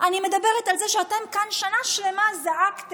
אני מדברת על זה שאתם כאן שנה שלמה זעקתם: